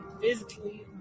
physically